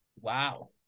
Wow